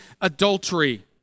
adultery